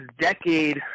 decade